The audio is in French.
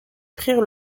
prirent